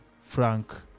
Frank